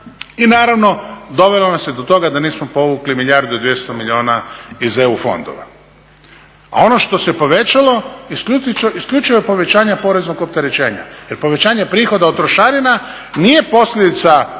i naravno dovelo nas je do toga da nismo povukli milijardu i 200 milijuna iz eu fondova. A ono što se povećalo, isključivo je povećanje poreznog opterećenja jer povećanje prihoda od trošarina nije posljedica